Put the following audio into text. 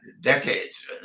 decades